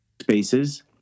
spaces